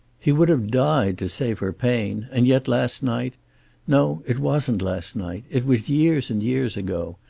he would have died to save her pain, and yet last night no, it wasn't last night. it was years and years ago,